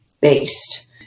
based